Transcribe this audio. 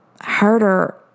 harder